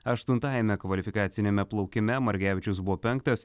aštuntajame kvalifikaciniame plaukime margevičius buvo penktas